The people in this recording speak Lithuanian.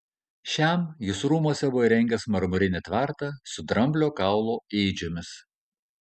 šiam jis rūmuose buvo įrengęs marmurinį tvartą su dramblio kaulo ėdžiomis